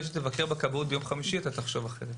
שתבקרו בכבאות ביום חמישי תחשוב אחרת.